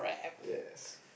yes